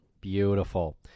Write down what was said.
Beautiful